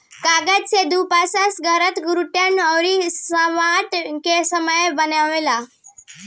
कागज से दफ्ती, गत्ता, कार्टून अउरी सजावट के सामान बनेला